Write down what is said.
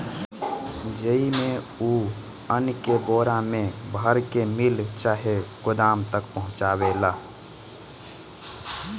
जेइमे, उ अन्न के बोरा मे भर के मिल चाहे गोदाम तक पहुचावेला